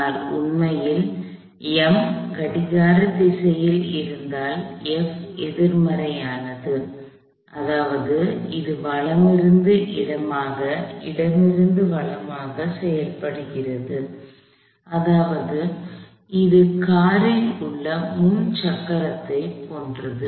ஆனால் உண்மையில் M கடிகார திசையில் இருந்தால் F எதிர்மறையானது அதாவது அது வலமிருந்து இடமாக இடமிருந்து வலமாகச் செயல்படுகிறது அதாவது இது காரில் உள்ள முன் சக்கரத்தைப் போன்றது